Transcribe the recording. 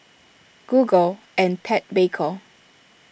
Google and Ted Baker